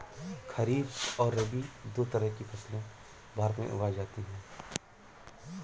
खरीप और रबी दो तरह की फैसले भारत में उगाई जाती है